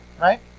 Right